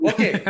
Okay